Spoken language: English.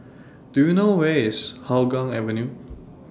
Do YOU know Where IS Hougang Avenue